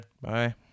Bye